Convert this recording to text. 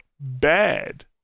bad